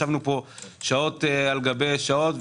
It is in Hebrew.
ישבנו פה שעות על גבי שעות,